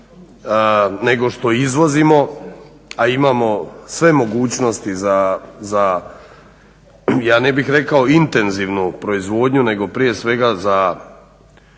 nego što izvozimo a imamo sve mogućnosti za ja ne bih rekao intenzivnu proizvodnju nego prije svega za